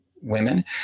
women